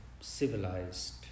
civilized